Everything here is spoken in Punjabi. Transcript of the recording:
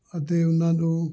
ਅਤੇ ਉਹਨਾਂ ਨੂੰ